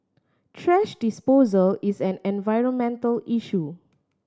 thrash disposal is an environmental issue